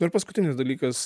nu ir paskutinis dalykas